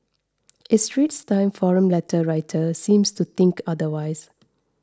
a Straits Times forum letter writer seems to think otherwise